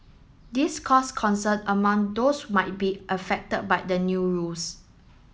this caused concern among those might be affected by the new rules